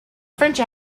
french